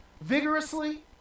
vigorously